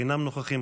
אינם נוכחים,